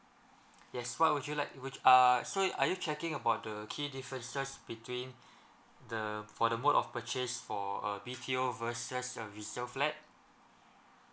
yes what would you like which uh so are you checking about the key differences between the for the mode of purchase for a B_T_O versus a resale flat